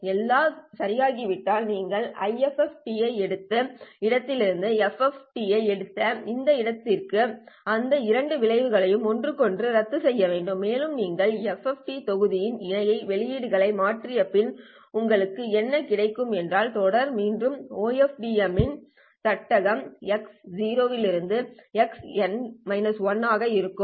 எல்லாம் சரியாகிவிட்டால் நீங்கள் IFFT ஐ எடுத்த இடத்திலிருந்தும் FFT ஐ எடுக்கும் இடத்திலும் இருக்கும் அந்த இரண்டு விளைவுகளையும் ஒன்றுக்கு ஒன்று ரத்துசெய்ய வேண்டும் மேலும் நீங்கள் FFT தொகுதியின் இணையான வெளியீடுகளை மாற்றிய பின் உங்களுக்கு என்ன கிடைக்கும் என்றால் தொடர் மீண்டும் OFDM ன் சட்டகம் X 0 X n 1 ஆக இருக்கும்